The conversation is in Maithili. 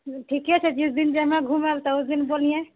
ठीके छै जिस दिन जाना घुमए तऽ उसदिन बोलिहे